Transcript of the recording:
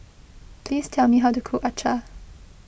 please tell me how to cook Acar